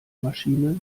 maschine